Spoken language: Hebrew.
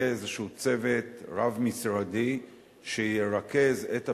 איזשהו צוות רב-משרדי שירכז את הפעילות,